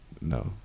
No